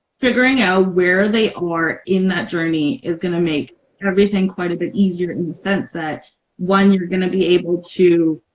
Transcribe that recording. figuring out where they are in that journey is gonna make everything quite a bit easier in the sense that one you're gonna be able to